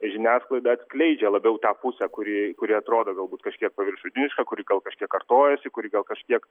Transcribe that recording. žiniasklaida atskleidžia labiau tą pusę kuri kuri atrodo galbūt kažkiek paviršutiniška kuri gal kažkiek kartojasi kuri gal kažkiek